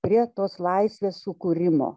prie tos laisvės sukūrimo